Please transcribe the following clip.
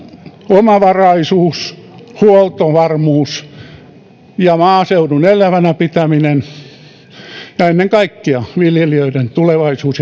omavaraisuus huoltovarmuus ja maaseudun elävänä pitäminen ja ennen kaikkea viljelijöiden tulevaisuus